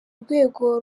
rwego